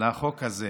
לחוק הזה,